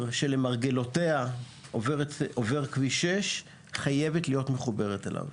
שלמרגלותיה עובר כביש 6 חייבת להיות מחוברת אליו.